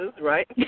right